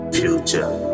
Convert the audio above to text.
future